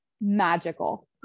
magical